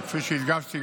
וכפי שהדגשתי,